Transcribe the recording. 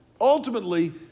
Ultimately